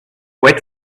wait